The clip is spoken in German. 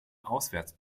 auswärts